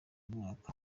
mwaka